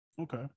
Okay